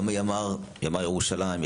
גם ימ"ר ירושלים,